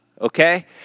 okay